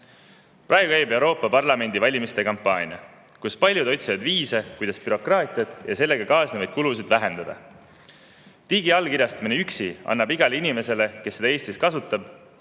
Praegu käib Euroopa Parlamendi valimiste kampaania, kus paljud otsivad viise, kuidas bürokraatiat ja sellega kaasnevaid kulusid vähendada. Digiallkirjastamine üksi annab igale inimesele, kes seda võimalust Eestis kasutab,